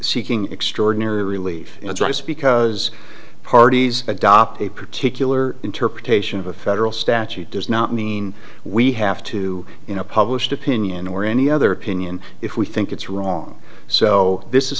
seeking extraordinary relief because parties adopt a particular interpretation of a federal statute does not mean we have to you know published opinion or any other opinion if we think it's wrong so this is